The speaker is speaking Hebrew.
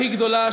הכי גדולה,